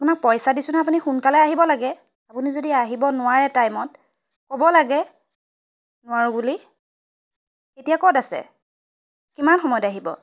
আপোনাক পইচা দিছোঁ নহয় আপুনি সোনকালে আহিব লাগে আপুনি যদি আহিব নোৱাৰে টাইমত ক'ব লাগে নোৱাৰোঁ বুলি এতিয়া ক'ত আছে কিমান সময়ত আহিব